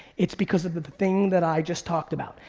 it's because of the thing that i just talked about.